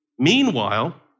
Meanwhile